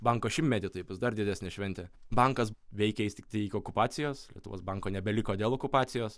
banko šimtmetį tai bus dar didesnė šventė bankas veikė jis tiktai iki okupacijos lietuvos banko nebeliko dėl okupacijos